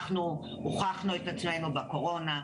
אנחנו הוכחנו את עצמנו בקורונה,